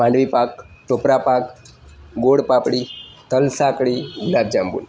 માંડવીપાક ટોપરાપાક ગોળપાપડી તલસાંકળી ગુલાબજાંબુ